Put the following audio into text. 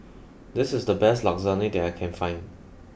this is the best Lasagne that I can find